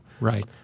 Right